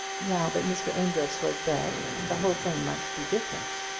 now that mr. amedroz was dead, the whole thing might be different.